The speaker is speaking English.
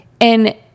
And-